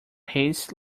haste